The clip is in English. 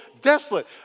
desolate